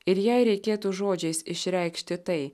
ir jei reikėtų žodžiais išreikšti tai